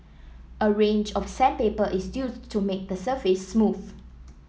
a range of sandpaper is still to make the surface smooth